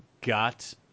got